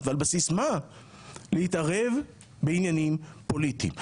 ועל בסיס מה להתערב בעניינים פוליטיים?